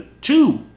two